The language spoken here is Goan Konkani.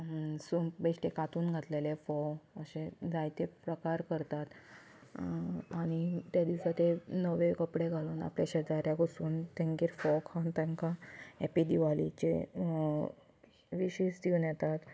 चून बेश्टे कातून घातलेलें फोव अशे जायते प्रकार करतात आनी ते दिसा ते नवे कपडे घालून आपले शेजाऱ्याक वसून तेंगेर फोव खावन येता तेंकां हॅप्पी दिवालीचे विशीस दिवन येतात